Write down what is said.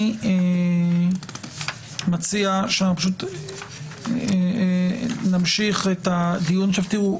אני מציע שנמשיך את הדיון -- תראו,